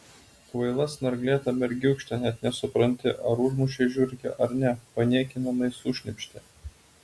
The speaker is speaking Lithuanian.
kvaila snarglėta mergiūkšte net nesupranti ar užmušei žiurkę ar ne paniekinamai sušnypštė